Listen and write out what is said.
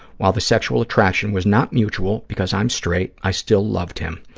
while the sexual attraction was not mutual because i'm straight i still loved him.